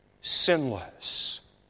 sinless